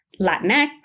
Latinx